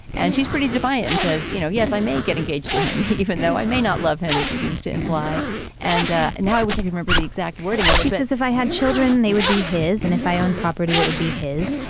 and she's pretty divine, says, you know, yes, i may get engaged to him, even though i may not love him. she seems to imply and ah and now i wish i could remember the exact wording of she says if i had children, they would be his and if i own property, it would be his.